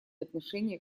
отношение